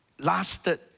lasted